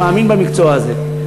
אני מאמין במקצוע הזה.